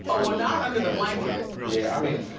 oh, well, not under the blanket. yeah, i mean,